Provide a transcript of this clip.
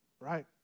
right